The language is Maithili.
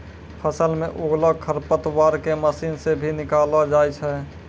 फसल मे उगलो खरपतवार के मशीन से भी निकालो जाय छै